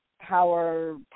power